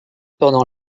pendant